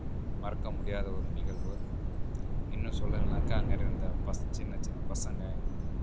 மறக்க முடியாத ஒரு நிகழ்வு இன்னும் சொல்லணும்னாக்கா அங்கே இருந்த சின்ன சின்ன பசங்கள்